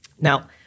Now